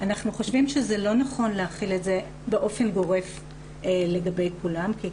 אנחנו חושבים שלא נכון להחיל את זה באופן גורף לגבי כולם כי,